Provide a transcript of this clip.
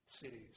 cities